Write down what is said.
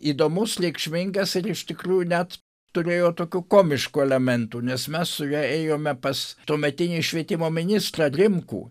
įdomus reikšmingas ir iš tikrųjų net turėjo tokių komiškų elementų nes mes su ja ėjome pas tuometinį švietimo ministrą rimkų